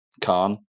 Khan